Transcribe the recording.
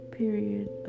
period